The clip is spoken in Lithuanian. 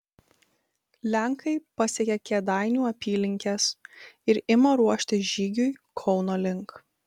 lenkai pasiekia kėdainių apylinkes ir ima ruoštis žygiui kauno link